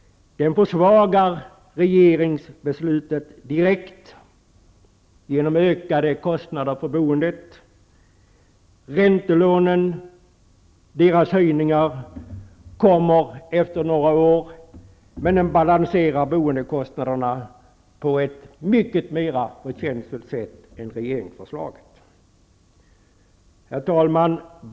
Den försvagar regeringsbeslutet direkt genom ökade kostnader på byggandet. Räntelånen kommer efter några år att balansera boendekostnaderna på ett mycket mer förtjänstfullt sätt än regeringsförslaget. Herr talman!